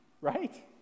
right